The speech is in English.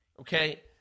Okay